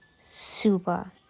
super